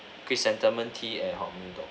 chrysanthemum tea at home